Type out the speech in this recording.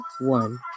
one